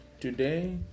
today